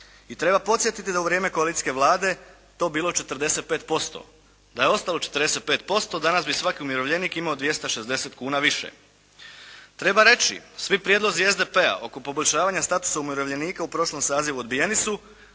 i treba podsjetiti da je u vrijeme koalicijske Vlade to bilo 45%. Da je ostalo 45%, danas bi svaki umirovljenik imao 260 kuna više. Treba reći, svi prijedlozi SDP-a oko poboljšavanja statusa umirovljenika u prošlom sazivu odbijeni